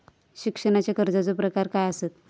शिक्षणाच्या कर्जाचो प्रकार काय आसत?